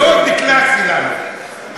זה מאוד קלאסי לנו.